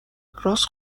راست